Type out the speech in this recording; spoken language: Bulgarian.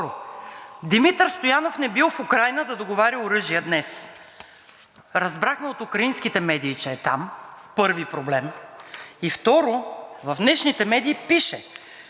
Второ, Димитър Стоянов не бил в Украйна да договаря оръжие днес. Разбрахме от украинските медии, че е там – първи проблем. И, второ, в днешните медии пише,